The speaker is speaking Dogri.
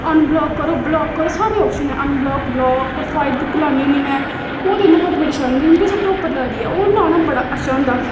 अनब्लाक करो ब्लाक करो सारे option unblock block profile pic लान्नी होन्नी में ओह्दे में बड़े शैल होए क्योंकि सब तू उप्पर लगदी दी ऐ ओह् लाना बड़ा अच्छा होंदा